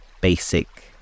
basic